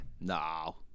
No